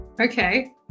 Okay